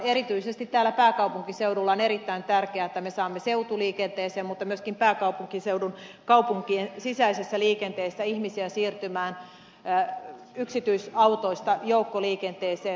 erityisesti täällä pääkaupunkiseudulla on erittäin tärkeää että me saamme ihmisiä siirtymään seutuliikenteeseen mutta myöskin pääkaupunkiseudun kaupunkien sisäisessä liikenteessä ihmisiä siirtymään yksityisautoista joukkoliikenteeseen